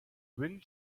wind